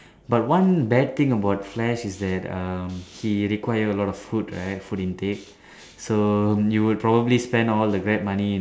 but one bad thing about flash is that um he require a lot of food right food intake so you'll probably spend all the Grab money